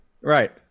Right